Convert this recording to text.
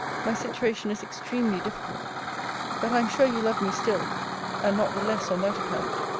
my situation is extremely difficult but i am sure you love me still and not the less on that account.